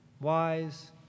wise